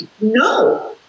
No